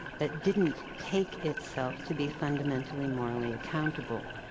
that didn't take itself to be fundamentally morally accountable.